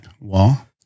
wall